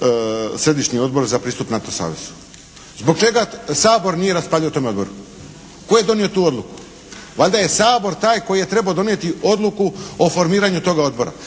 Središnji odbor za pristup NATO savezu. Zbog čega Sabor nije raspravljao o tom odboru? Tko je donio tu odluku? Valjda je Sabor taj koji je trebao donijeti odluku o formiranju toga odbora.